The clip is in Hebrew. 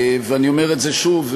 ואני אומר את זה שוב,